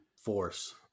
force